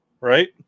right